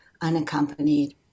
unaccompanied